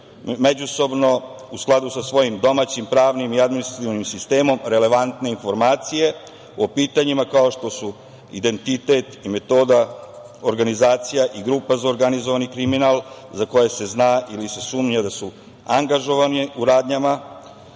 međusobno u skladu sa svojim domaćim pravnim i administrativnim sistemom relevantne informacije o pitanjima kao što su identitet i metoda organizacija i grupa za organizovani kriminal za koje se zna ili se sumnja da su angažovane u radnjama